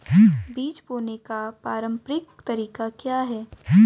बीज बोने का पारंपरिक तरीका क्या है?